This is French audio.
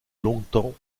longtemps